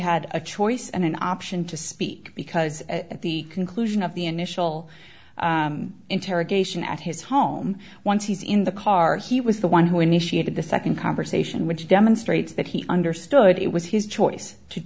had a choice and an option to speak because at the conclusion of the initial interrogation at his home once he's in the car he was the one who initiated the second conversation which demonstrates that he understood it was his choice to